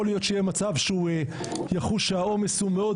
יכול להיות שהוא יהיה מצב שהוא יחוש שהעומס הוא מאוד